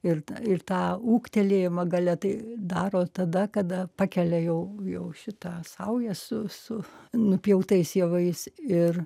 ir ir tą ūgtelėjimą gale tai daro tada kada pakelia jau jau šitą saujas su nupjautais javais ir